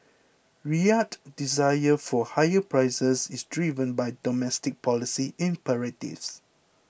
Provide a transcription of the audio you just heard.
Riyadh's desire for higher prices is driven by domestic policy imperatives